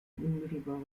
unmittelbarer